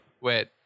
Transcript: Wait